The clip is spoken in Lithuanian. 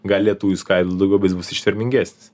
galėtų išskaidyt daugiau bet bus ištvermingesnis